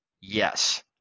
Yes